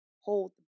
hold